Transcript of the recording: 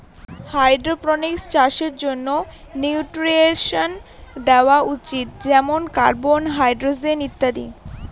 hydroponics চাষের জন্য nutrients দেওয়া উচিত যেমন কার্বন, হাইড্রজেন ইত্যাদি